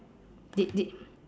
did did